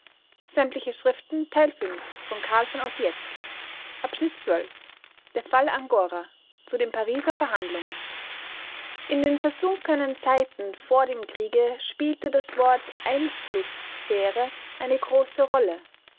der fall angora zu den pariser verhandlungen in den versunkenen zeiten vor dem kriege spielte das wort einflußsphäre eine große rolle